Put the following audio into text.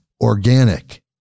organic